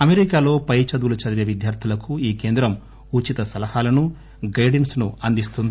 అమెరికాలో పై చదువులు చదివే విద్యార్ధులకు ఈ కేంద్రం ఉచిత సలహాలను గైడెస్స్ ను అందిస్తుంది